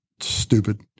stupid